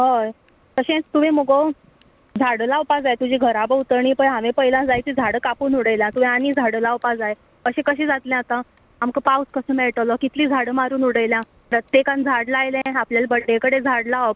हय अशेंच तुवें मगो झाडां लावपा जाय तुज्या घरा भोंवतणी पळय हांवें पयला जायतीं झाडां कापून उडयलां तुवें आनी झाडां लावपा जाय अशें कशें जातलें आतां आमकां पावस कसो मेळटलो कितलीं झाडां मारून उडयलां प्रत्येकान झाड लायलें आपल्याच बड्डे कडेन झाड लावप